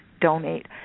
donate